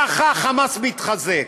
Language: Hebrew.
ככה החמאס מתחזק.